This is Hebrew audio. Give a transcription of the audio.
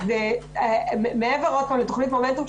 מעבר לתוכנית מומנטום,